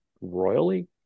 royally